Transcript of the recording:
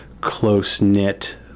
close-knit